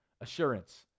assurance